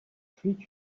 treat